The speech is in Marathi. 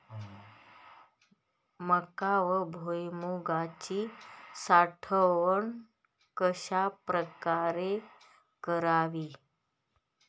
मका व भुईमूगाची साठवण कशाप्रकारे करावी?